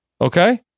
Okay